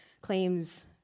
claims